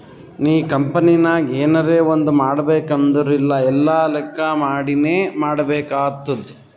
ನೀ ಕಂಪನಿನಾಗ್ ಎನರೇ ಒಂದ್ ಮಾಡ್ಬೇಕ್ ಅಂದುರ್ ಎಲ್ಲಾ ಲೆಕ್ಕಾ ಮಾಡಿನೇ ಮಾಡ್ಬೇಕ್ ಆತ್ತುದ್